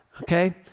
Okay